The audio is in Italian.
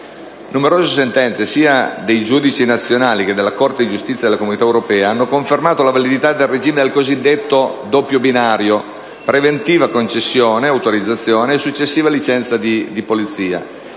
Numerose sentenze, sia dei giudici nazionali che della Corte di giustizia delle Comunità europee, hanno confermato la validità del regime del cosiddetto doppio binario (preventiva concessione o autorizzazione e successiva licenza di polizia)